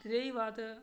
रेही बात